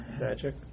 magic